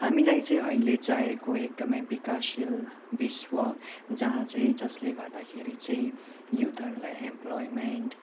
हामीलाई चाहिँ अहिले चाहिएको एकदमै विकाससील विश्व जहाँ चाहिँ जसले गर्दाखेरि चाहिँ युथहरूलाई एम्प्लोइमेन्ट